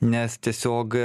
nes tiesiog